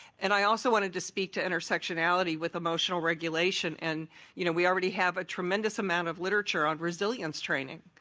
and i also wanted to speak to intersectionality with emotional regulation. and you know we already have a tremendous amount of literature on resilience training,